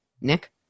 Nick